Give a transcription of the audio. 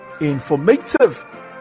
informative